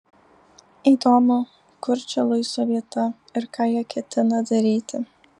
įdomu kur čia luiso vieta ir ką jie ketina daryti